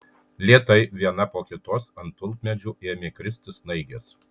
lėtai viena po kitos ant tulpmedžių ėmė kristi snaigės